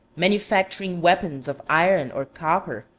manufacturing weapons of iron or copper,